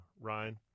Ryan